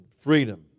freedom